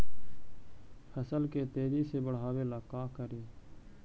फसल के तेजी से बढ़ाबे ला का करि?